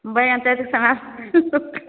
बैगन तैंतीस समास